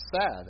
sad